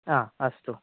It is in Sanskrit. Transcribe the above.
आम् अस्तु